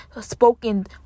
spoken